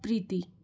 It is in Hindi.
प्रीति